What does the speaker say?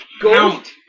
count